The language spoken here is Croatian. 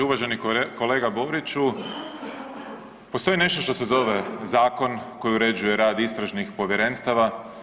Uvaženi kolega Boriću, postoji nešto što se zove zakon koji uređuje rad istražnih povjerenstava.